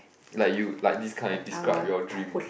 like you like this kind describe your dream